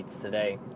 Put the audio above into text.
today